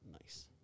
nice